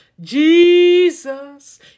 Jesus